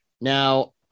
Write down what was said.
Now